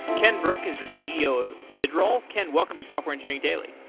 ken brook is the ceo of vidroll. ken, welcome to software engineering daily.